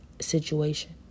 situation